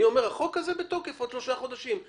אני אומר שהחוק הזה בתוקף עוד שלושה חודשים.